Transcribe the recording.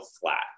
flat